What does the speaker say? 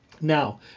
Now